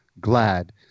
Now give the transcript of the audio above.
glad